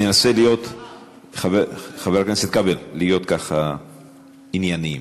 חבר הכנסת כבל, ננסה להיות ענייניים.